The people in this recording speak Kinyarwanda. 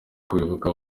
kwibuka